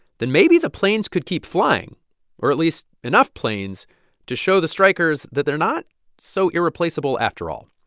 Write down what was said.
then maybe the planes could keep flying or at least enough planes to show the strikers that they're not so irreplaceable after all.